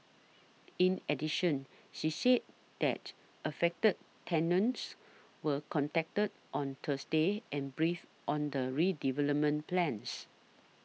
in addition she said that affected tenants were contacted on Thursday and briefed on the redevelopment plans